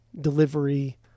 delivery